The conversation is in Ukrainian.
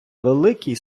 великий